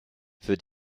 für